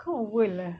kau world ah